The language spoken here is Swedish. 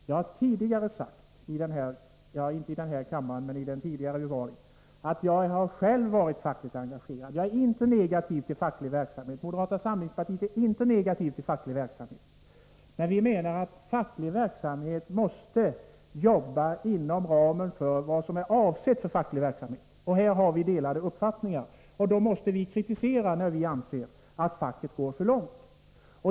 Jag har tidigare sagt — inte i den här plenisalen, men i den vi var i tidigare — att jag själv har varit fackligt engagerad och att jag inte är negativ till facklig verksamhet. Moderata samlingspartiet är inte negativt till facklig verksamhet. Men vi menar att facklig verksamhet måste äga rum inom ramen för vad som är avsett för facklig verksamhet, och på den här punkten har vi skilda uppfattningar. Då måste vi få ge kritik när vi anser att facket går för långt.